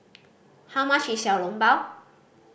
how much is Xiao Long Bao